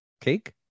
cake